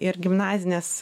ir gimnazines